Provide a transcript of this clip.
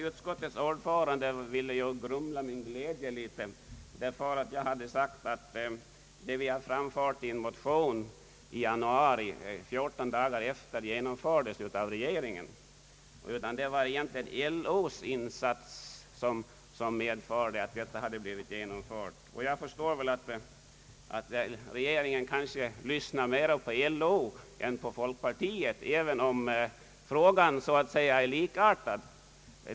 Utskottets ordförande ville något grumla min glädje genom att säga att det förslag, som folkpartiet förde fram i en motion i januari i år, 14 dagar därefter hade genomförts av regeringen. Med detta ville han säga att det egentligen var en insats från LO:s sida som gjorde att förslaget genomfördes. Jag förstår att regeringen lyssnar mera på LO än på folkpartiet, även om en fråga är likartad.